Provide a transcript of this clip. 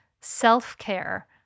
self-care